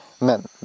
men